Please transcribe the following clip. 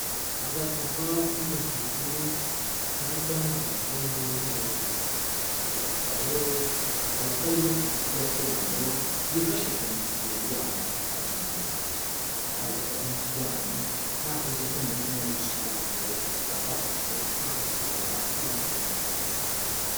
Agacupa k'umutuku, kanditseho amagambo y'umweru. Aka gacupa rero kakaba karimo imiti gakondo yifashishwa mu kuvura indwara za kinyarwanda. Nawe rero nimba urwaye nakugira inama yo kunyarukira mu buvuzi bwa gakondo bakakuvura ugakira byihuse.